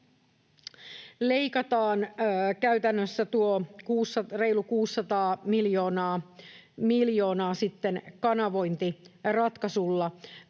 leikataan käytännössä tuo reilu 600 miljoonaa sitten kanavointiratkaisulla.